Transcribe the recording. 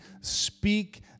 speak